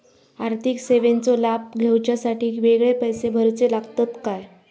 आर्थिक सेवेंचो लाभ घेवच्यासाठी वेगळे पैसे भरुचे लागतत काय?